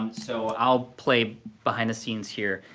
um so, i'll play behind the scenes here.